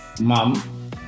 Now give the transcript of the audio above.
Mom